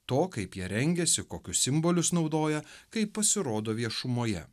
to kaip jie rengiasi kokius simbolius naudoja kai pasirodo viešumoje